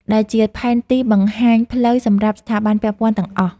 ដែលជាផែនទីបង្ហាញផ្លូវសម្រាប់ស្ថាប័នពាក់ព័ន្ធទាំងអស់។